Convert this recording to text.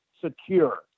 secure